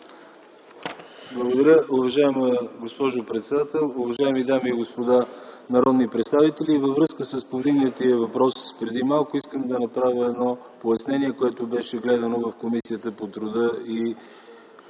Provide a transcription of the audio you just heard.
Благодаря, уважаема госпожо председател. Уважаеми дами и господа народни представители! Във връзка с повдигнатия въпрос преди малко искам да направя едно пояснение, което беше гледано в Комисията по труда и